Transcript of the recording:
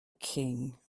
king